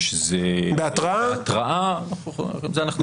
שזה בהתראה את זה אנחנו יכולים לקבל.